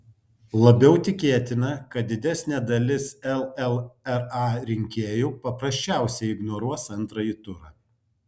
labiau tikėtina kad didesnė dalis llra rinkėjų paprasčiausiai ignoruos antrąjį turą